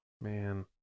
Man